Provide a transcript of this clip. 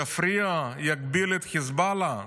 יפריע, יגביל את חיזבאללה?